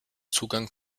zugang